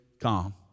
calm